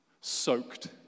soaked